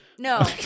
No